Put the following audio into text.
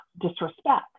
disrespect